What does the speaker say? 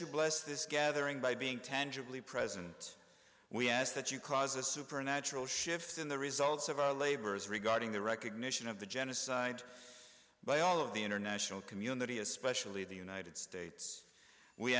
you bless this gathering by being tangibly present we ask that you cause a supernatural shift in the results of our labors regarding the recognition of the genocide by all of the international community especially the united states we